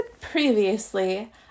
previously